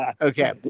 Okay